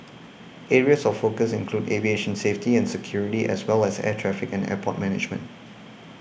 areas of focus include aviation safety and security as well as air traffic and airport management